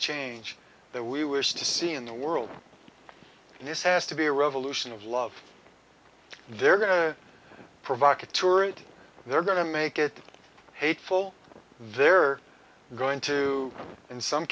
change that we were still see in the world and this has to be a revolution of love they're going to provoke a tour and they're going to make it hateful they're going to in some